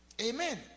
amen